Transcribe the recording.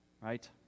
Right